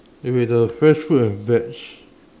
eh wait the fresh food and veg